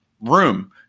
room